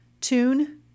tune